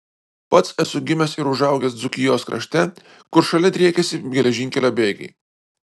pats esu gimęs ir užaugęs dzūkijos krašte kur šalia driekėsi geležinkelio bėgiai